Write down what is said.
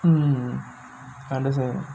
mm mm hmm I understand